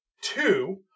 Two